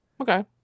Okay